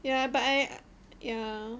ya but I yeah